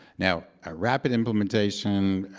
now, a rapid implementation,